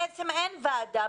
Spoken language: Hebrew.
בעצם אין ועדה.